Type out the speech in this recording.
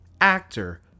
actor